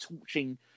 torching